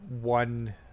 one